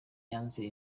yanse